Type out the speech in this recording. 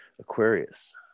aquarius